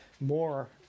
more